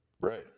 right